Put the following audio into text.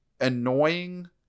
annoying